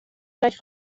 gleich